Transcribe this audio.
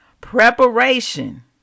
Preparation